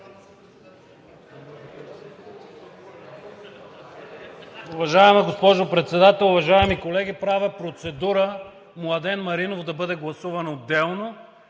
Уважаема госпожо Председател, уважаеми колеги? Правя процедура Младен Маринов да бъде гласуван отделно,